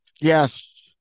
yes